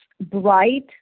bright